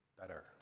better